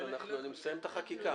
אנחנו נסיים את החקיקה.